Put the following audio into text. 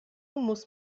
muss